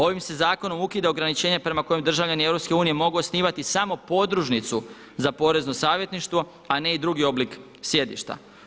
Ovim se zakonom ukida ograničenje prema kojem državljani EU mogu osnivati samo podružnicu za porezno savjetništvo a ne i drugi oblik sjedišta.